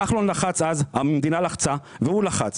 כחלון ללחץ אז, המדינה לחצה והוא לחץ.